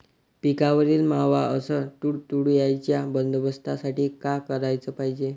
पिकावरील मावा अस तुडतुड्याइच्या बंदोबस्तासाठी का कराच पायजे?